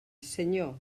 senyor